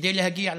כדי להגיע לשלום.